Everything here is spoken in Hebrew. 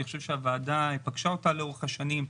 חושב שהוועדה פגשה אותה לאורך השנים,